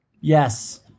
Yes